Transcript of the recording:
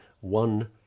one